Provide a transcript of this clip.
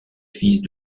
fils